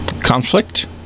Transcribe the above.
conflict